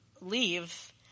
leave